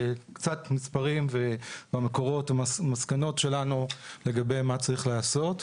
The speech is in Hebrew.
וקצת מספרים ומסקנות שלנו לגבי מה צריך להיעשות.